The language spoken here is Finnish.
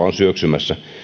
on syöksymässä